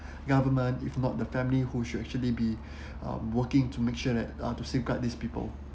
government if not the family who should actually be um working to make sure that uh to safeguard these people